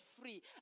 free